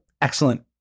excellent